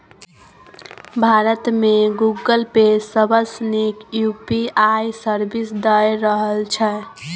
भारत मे Google Pay सबसँ नीक यु.पी.आइ सर्विस दए रहल छै